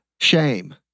shame